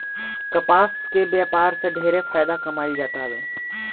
कपास के व्यापार से ढेरे फायदा कमाईल जातावे